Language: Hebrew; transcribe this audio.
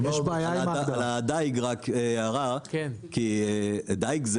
רק הערה על הדייג,